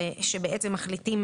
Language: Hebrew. שבעצם מחליטים